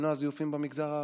למנוע זיופים במגזר הערבי.